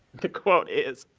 the quote is,